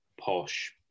posh